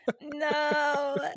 no